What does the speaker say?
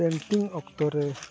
ᱚᱠᱛᱚ ᱨᱮ